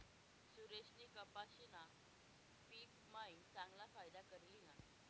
सुरेशनी कपाशीना पिक मायीन चांगला फायदा करी ल्हिना